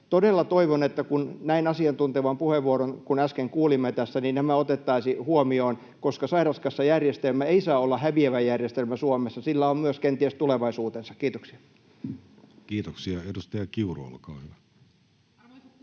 Todella toivon, että kun kuulimme näin asiantuntevan puheenvuoron kuin tässä äsken, niin nämä otettaisiin huomioon, koska sairauskassajärjestelmä ei saa olla häviävä järjestelmä Suomessa. Sillä on kenties myös tulevaisuutensa. — Kiitoksia. Kiitoksia. — Edustaja Kiuru, olkaa hyvä. [Mikrofoni